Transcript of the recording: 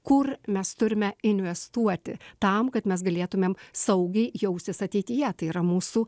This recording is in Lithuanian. kur mes turime investuoti tam kad mes galėtumėm saugiai jaustis ateityje tai yra mūsų